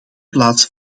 plaats